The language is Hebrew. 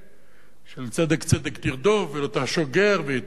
של צדק צדק תרדוף, ולא תעשוק גר ויתום ואלמנה.